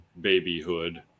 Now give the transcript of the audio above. babyhood